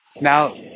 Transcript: Now